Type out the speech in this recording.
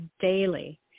daily